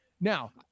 Now